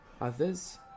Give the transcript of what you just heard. others